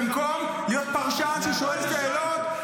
במקום להיות פרשן ששואל אותי שאלות,